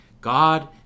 God